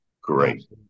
Great